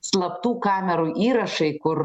slaptų kamerų įrašai kur